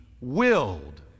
willed